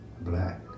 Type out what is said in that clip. black